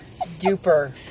duper